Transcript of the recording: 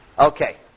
Okay